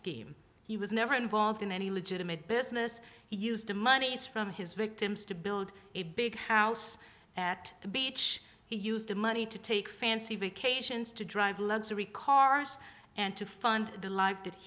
scheme he was never involved in any legitimate business he used the monies from his victims to build a big house at the beach he used the money to take fancy vacations to drive luxury cars and to fund the li